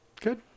Good